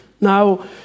Now